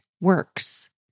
works